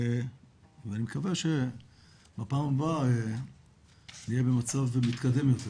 אני מקווה שבפעם הבאה נהיה במצב מתקדם יותר.